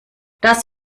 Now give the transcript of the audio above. das